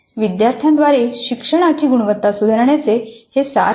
विद्यार्थ्यांद्वारे शिक्षणाची गुणवत्ता सुधारण्याचे हे सार आहे